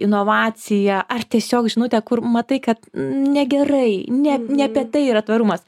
inovaciją ar tiesiog žinutę kur matai kad negerai ne ne apie tai yra tvarumas